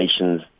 Nations